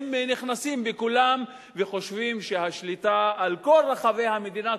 הם נכנסים בכולם וחושבים שהשליטה על כל רחבי המדינה,